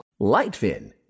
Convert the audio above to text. Lightfin